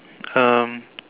um